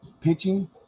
pitching